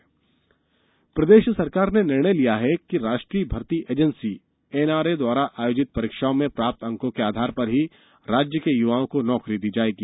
NRA प्रदेश सरकार ने निर्णय लिया है कि राष्ट्रीय भर्ती एजेंसी एनआरए द्वारा आयोजित परीक्षाओं में प्राप्त अंकों के आधार पर ही राज्य के युवाओं को नौकरी दी जाएगी